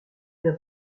d’un